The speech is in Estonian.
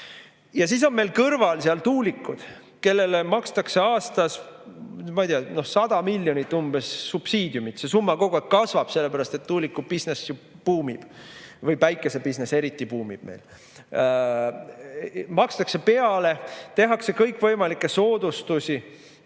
Ja siis on meil seal kõrval tuulikud, mille eest makstakse aastas 100 miljonit umbes subsiidiumi. See summa kogu aeg kasvab, sellepärast et tuuliku-businessju buumib või päikese-businesseriti buumib meil. Makstakse peale, tehakse kõikvõimalikke soodustusi,